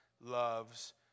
loves